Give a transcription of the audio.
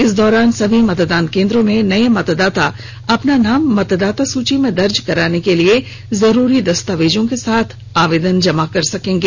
इस दौरान सभी मतदान केंद्रों में नए मतदाता अपना नाम मतदाता सूची में दर्ज कराने के लिए जरुरी दस्तावेजों के साथ आवेदन जमा कर सकेंगे